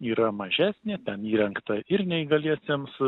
yra mažesnė ten įrengta ir neįgaliesiems